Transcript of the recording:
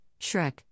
Shrek